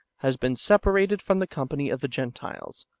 has been separated from the company of the gentiles,